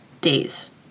days